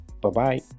bye-bye